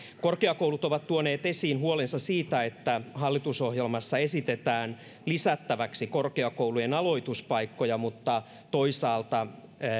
korkeakoulut ovat tuoneet esiin huolensa siitä että hallitusohjelmassa esitetään lisättäväksi korkeakoulujen aloituspaikkoja mutta toisaalta